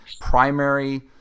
primary